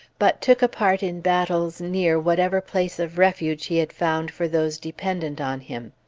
but took a part in battles near whatever place of refuge he had found for those dependent on him.